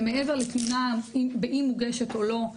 ומעבר לתלונה באם מוגשת או לא,